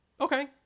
Okay